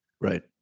right